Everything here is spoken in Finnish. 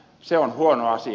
se on huono asia